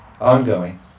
ongoing